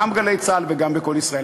גם "גלי צה"ל" וגם "קול ישראל".